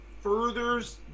furthers